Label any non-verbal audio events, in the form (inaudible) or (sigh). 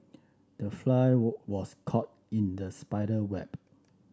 the fly (unintelligible) was caught in the spider web